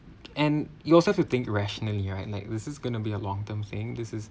and you also have to think rationally right like this is going to be a long term thing this is